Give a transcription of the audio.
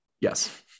Yes